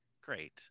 Great